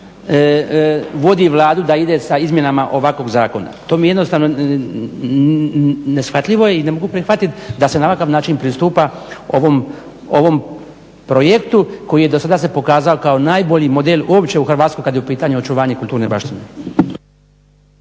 vodi Vladu da ide sa izmjenama ovakvog zakona. To mi jednostavno neshvatljivo i ne mogu prihvatiti da se na ovakav način pristupa ovom projektu koji je do sada se pokazao kao najbolji model uopće u Hrvatskoj kada je u pitanju očuvanje kulturne baštine.